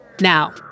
Now